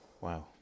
Wow